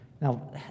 Now